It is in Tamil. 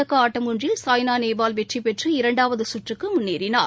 தொடக்க ஆட்டம் ஒன்றில் சாய்னா நேவால் வெற்றி பெற்று இரண்டாவது சுற்றுக்கு முன்னேறினார்